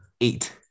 eight